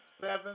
seven